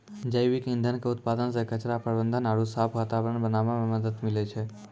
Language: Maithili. जैविक ईंधन के उत्पादन से कचरा प्रबंधन आरु साफ वातावरण बनाबै मे मदत मिलै छै